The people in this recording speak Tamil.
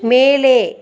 மேலே